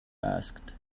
asked